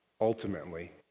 ultimately